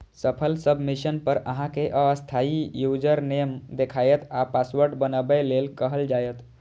सफल सबमिशन पर अहां कें अस्थायी यूजरनेम देखायत आ पासवर्ड बनबै लेल कहल जायत